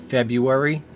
February